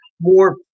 more